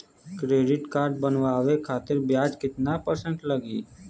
Credit card बनवाने खातिर ब्याज कितना परसेंट लगी?